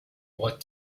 what